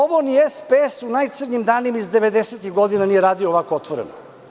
Ovo ni SPS u najcrnjim danima iz devedesetih godina nije radio ovako otvoreno.